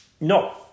No